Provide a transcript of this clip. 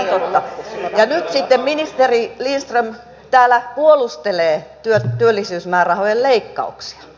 nyt sitten ministeri lindström täällä puolustelee työllisyysmäärärahojen leikkauksia